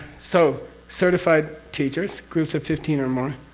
so, certified teachers groups of fifteen or more,